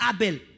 Abel